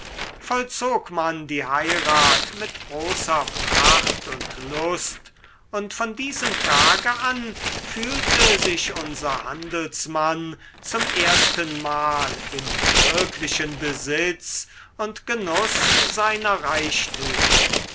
vollzog man die heirat mit großer pracht und lust und von diesem tage an fühlte sich unser handelsmann zum erstenmal im wirklichen besitz und genuß seiner reichtümer